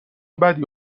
بدی